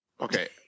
Okay